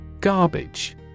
Garbage